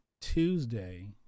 Tuesday